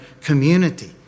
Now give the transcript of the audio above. community